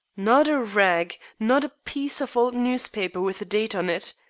not a rag, not a piece of old newspaper with a date on it.